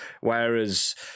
Whereas